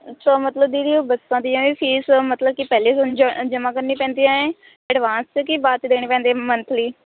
ਅੱਛਾ ਮਤਲਬ ਦੀਦੀ ਬੱਸਾਂ ਦੀਆਂ ਵੀ ਫੀਸ ਮਤਲਬ ਕਿ ਪਹਿਲੇ ਜਮ੍ਹਾਂ ਕਰਨੀਆਂ ਪੈਂਦੀਆਂ ਹੈ ਐਡਵਾਂਸ 'ਚ ਕਿ ਬਾਅਦ 'ਚ ਦੇਣੇ ਪੈਂਦੇ ਮੰਥਲੀ